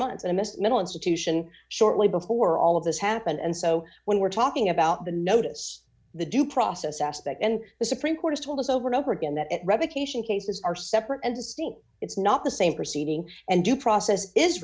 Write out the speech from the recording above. months and missed mental institution shortly before all of this happened and so when we're talking about the notice the due process aspect and the supreme court has told us over and over again that revocation cases are separate and distinct it's not the same proceeding and due process is